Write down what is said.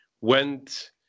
went